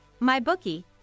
MyBookie